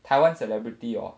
台湾 celebrity orh